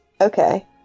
okay